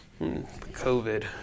COVID